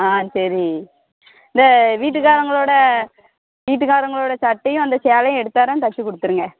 ஆ சரி இந்த வீட்டுக்காரவங்களோடய வீட்டுக்காரங்களோடய சட்டையும் அந்த சேலையும் எடுத்தாரேன் தச்சு கொடுத்துருங்க